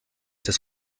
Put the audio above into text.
das